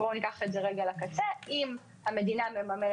בואו ניקח את זה לרגע לקצה: אם המדינה מממנת